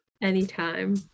Anytime